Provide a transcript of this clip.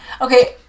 okay